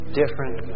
different